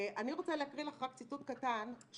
אני רוצה לקרוא לך רק ציטוט קטן -- קצר, בבקשה.